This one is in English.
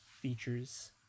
features